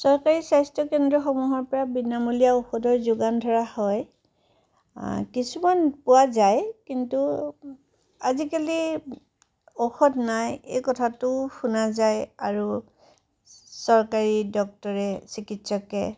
চৰকাৰী স্বাস্থ্যকেন্দ্ৰসমূহৰ পৰা বিনামূলীয়া ঔষধৰ যোগান ধৰা হয় কিছুমান পোৱা যায় কিন্তু আজিকালি ঔষধ নাই এই কথাটো শুনা যায় আৰু চৰকাৰী ডক্টৰে চিকিৎসকে